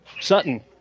Sutton